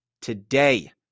Today